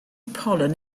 pollen